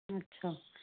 अच्छा